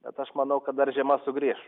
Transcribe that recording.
bet aš manau kad dar žiema sugrįš